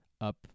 up